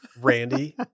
Randy